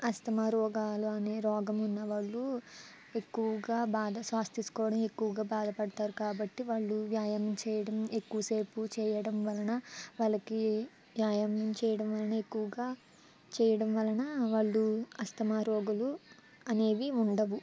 asthma రోగాలు అనే రోగం ఉన్న వాళ్ళు ఎక్కువగా బాధ శ్వాస తీసుకోవడం ఎక్కువగా బాధపడుతారు కాబట్టి వాళ్ళు వ్యాయామం చేయడం ఎక్కువ సేపు చేయడం వలన వాళ్ళకి వ్యాయామం చేయడం వలన ఎక్కువగా చేయడం వలన వాళ్ళు ఆస్తమా రోగులు అనేవి ఉండవు